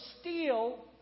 steal